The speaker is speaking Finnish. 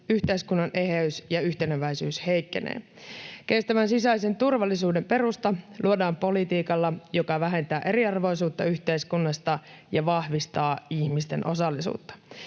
yhteiskunnan eheys ja yhteneväisyys heikkenevät. Kestävän sisäisen turvallisuuden perusta luodaan politiikalla, joka vähentää eriarvoisuutta yhteiskunnassa ja vahvistaa ihmisten osallisuutta.